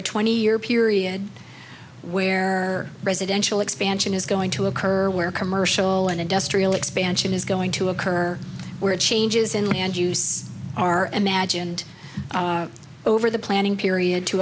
a twenty year period where residential expansion is going to occur where commercial and industrial expansion is going to occur where changes in land use are imagined over the planning period to